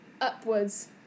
upwards